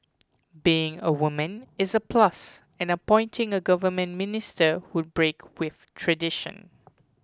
being a woman is a plus and appointing a government minister would break with tradition